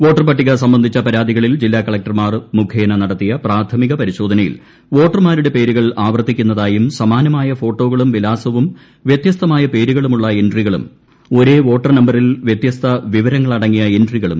വോട്ടർപ്പട്ടിക് സംബന്ധിച്ച പരാതികളിൽ ജില്ലാ കളക്ടർമാർ മുഖേന നടത്തിയ പ്രാഥമിക പരിശോധനയിൽ വോട്ടർമാരുടെ പേരുകൾ ആവർത്തിക്കുന്നതായും സമാനമായ ഫോട്ടോകളും വിലാസവും വ്യത്യസ്തമായ പേരുകളും ഉള്ള എൻട്രികളും ഒരേ വോട്ടർ നമ്പരിൽ വ്യത്യസ്ത വിവരങ്ങളടങ്ങിയ എൻട്രികളും